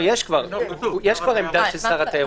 לא, יש כבר עמדה של שר התיירות.